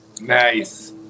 Nice